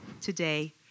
today